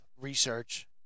research